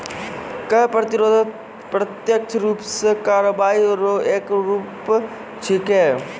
कर प्रतिरोध प्रत्यक्ष रूप सं कार्रवाई रो एक रूप छिकै